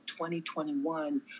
2021